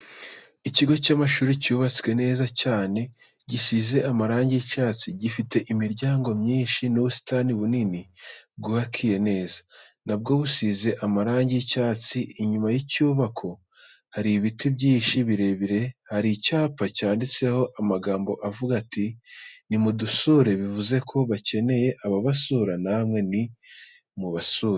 Ikigo cy'amashuri cyubatse neza cyane, gisize amarangi y'icyatsi, gifite imiryango myinshi n'ubusitani bunini bwubakiye neza, na bwo busize amarangi y'icyatsi. inyuma yinyubako, hari biti byinshi birebire, hari icyapa cyanditseho amagambo avuga ati:" Ni mudusure." Bivuze ko bakeneye ababasura, namwe ni mubasure.